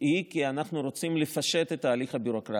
היא שאנחנו רוצים לפשט את ההליך הביורוקרטי.